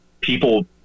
people